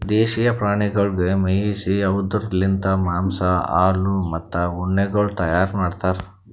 ದೇಶೀಯ ಪ್ರಾಣಿಗೊಳಿಗ್ ಮೇಯಿಸಿ ಅವ್ದುರ್ ಲಿಂತ್ ಮಾಂಸ, ಹಾಲು, ಮತ್ತ ಉಣ್ಣೆಗೊಳ್ ತೈಯಾರ್ ಮಾಡ್ತಾರ್